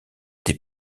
des